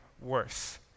worth